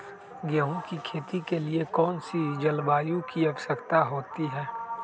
गेंहू की खेती के लिए कौन सी जलवायु की आवश्यकता होती है?